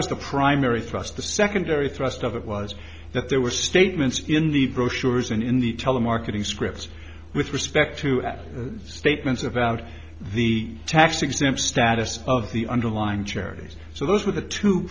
was the primary thrust the secondary thrust of it was that there were statements in the brochures and in the telemarketing scripts with respect to statements about the tax exempt status of the underlying charities so those were the two